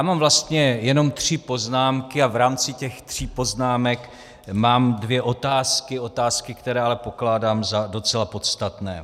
Mám vlastně jenom tři poznámky a v rámci těch tří poznámek mám dvě otázky, které ale pokládám za docela podstatné.